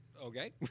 okay